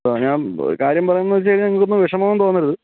അപ്പം ഞാൻ ഒരു കാര്യം പറയാമെന്നു വച്ചു കഴിഞ്ഞാൽ നിങ്ങൾക്കൊന്നും വിഷമമൊന്നും തോന്നരുത്